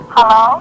Hello